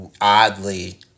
oddly